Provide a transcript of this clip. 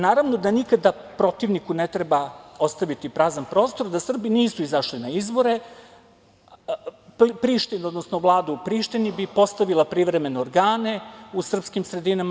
Naravno da nikada protivniku ne treba ostaviti prazan prostor, da Srbi nisu izašli na izbore Priština, odnosno Vlada u Prištini bi postavila privremene organe u srpskim sredinama.